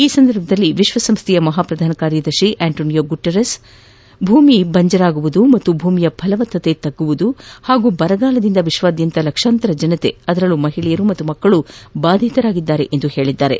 ಈ ಸಂದರ್ಭದಲ್ಲಿ ವಿಶ್ವ ಸಂಸ್ಥೆಯ ಮಹಾ ಪ್ರಧಾನ ಕಾರ್ಯದರ್ಶಿ ಆಂಟೋನಿಯೋ ಗುತೇರಸ್ ಮರುಭೂಮಿಗೊಳಿಸುವಿಕೆ ಮತ್ತು ಭೂಮಿಯ ಫಲವತ್ತತೆ ತಗ್ಗಿಸುವಿಕೆ ಮತ್ತು ಬರದಿಂದ ವಿಶ್ವದಾದ್ಯಂತ ಲಕ್ಷಾಂತರ ಜನರು ಅದರಲ್ಲೂ ಮಹಿಳೆಯರು ಮತ್ತು ಮಕ್ಕಳು ಬಾಧಿತರಾಗಿದ್ದಾರೆ ಎಂದು ಹೇಳಿದ್ದಾರೆ